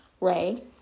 Ray